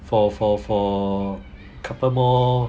for for for couple more